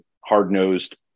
hard-nosed